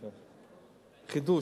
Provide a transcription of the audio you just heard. חידוש.